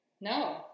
No